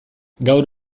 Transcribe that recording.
gaur